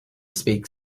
speak